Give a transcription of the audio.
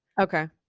okay